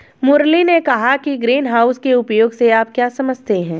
मुरली ने कहा कि ग्रीनहाउस के उपयोग से आप क्या समझते हैं?